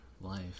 Life